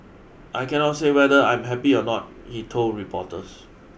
I cannot say whether I'm happy or not he told reporters